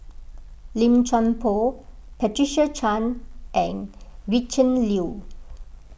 Lim Chuan Poh Patricia Chan and Gretchen Liu